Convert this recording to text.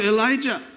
Elijah